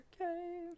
Okay